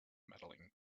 medaling